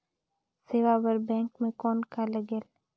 सेवा बर बैंक मे कौन का लगेल?